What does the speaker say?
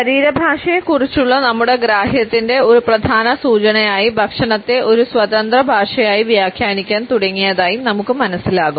ശരീരഭാഷയെക്കുറിച്ചുള്ള നമ്മുടെ ഗ്രാഹ്യത്തിന്റെ ഒരു പ്രധാന സൂചനയായി ഭക്ഷണത്തെ ഒരു സ്വതന്ത്ര ഭാഷയായി വ്യാഖ്യാനിക്കാൻ തുടങ്ങിയതായി നമുക്ക് മനസ്സിലാകും